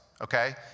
okay